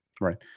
Right